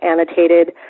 annotated